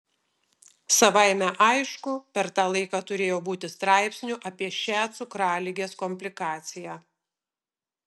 savaime aišku per tą laiką turėjo būti straipsnių apie šią cukraligės komplikaciją